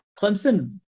Clemson